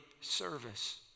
service